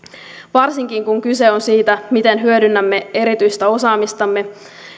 varsinkin kun kyse on siitä miten hyödynnämme erityistä osaamistamme